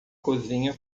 cozinha